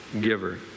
giver